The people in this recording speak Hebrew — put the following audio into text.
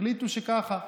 החליטו שככה.